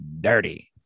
dirty